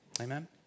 Amen